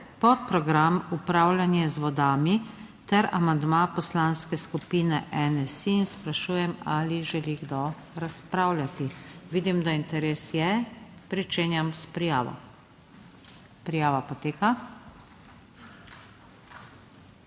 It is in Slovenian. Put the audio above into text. podprogram Upravljanje z vodami ter amandma Poslanske skupine NSi. In sprašujem, ali želi kdo razpravljati? (Da.) Vidim, da interes je, pričenjam s prijavo. Prijava poteka.